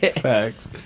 Facts